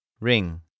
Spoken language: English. Ring